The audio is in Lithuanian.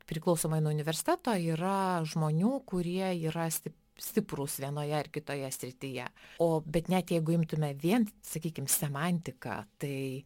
priklausomai nuo universiteto yra žmonių kurie yra stip stiprūs vienoje ar kitoje srityje o bet net jeigu imtume vien sakykim semantiką tai